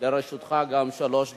גם לרשותך שלוש דקות.